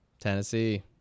Tennessee